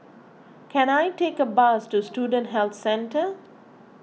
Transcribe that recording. can I take a bus to Student Health Centre